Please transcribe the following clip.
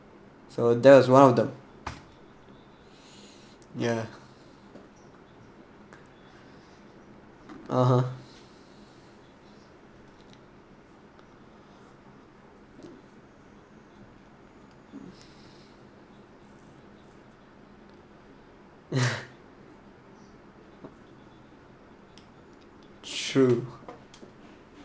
so that was one of the ya (uh huh) true